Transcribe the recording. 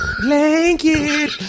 Blanket